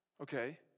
Okay